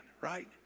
Right